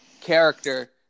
character